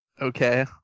Okay